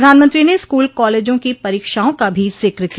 प्रधानमंत्री ने स्कूल कॉलेजों की परीक्षाओं का भी जिक्र किया